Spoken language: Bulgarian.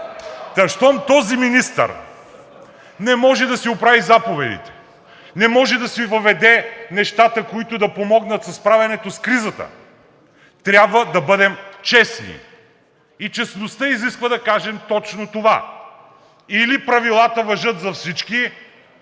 Та щом този министър не може да си оправи заповедите, не може да си въведе нещата, които да помогнат за справянето с кризата, трябва да бъдем честни и честността изисква да кажем точно това – или правилата важат за всички,